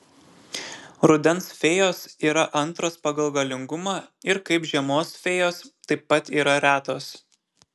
rudens fėjos yra antros pagal galingumą ir kaip žiemos fėjos taip pat yra retos